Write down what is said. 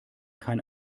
kein